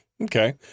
okay